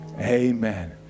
amen